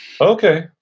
Okay